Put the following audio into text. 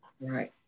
Right